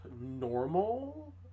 normal